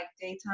daytime